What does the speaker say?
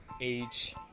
age